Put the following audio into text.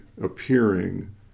appearing